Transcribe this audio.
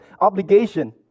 obligation